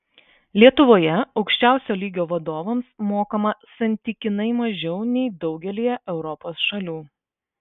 lietuvoje aukščiausio lygio vadovams mokama santykinai mažiau nei daugelyje europos šalių